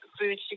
Food